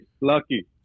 lucky